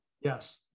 yes